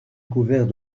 couvert